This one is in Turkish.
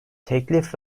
teklif